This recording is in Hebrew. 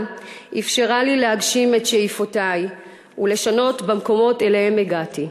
אפשרה לי להגשים את שאיפותי ולשנות במקומות שאליהם הגעתי.